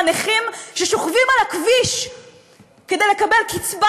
לנכים ששוכבים על הכביש כדי לקבל קצבת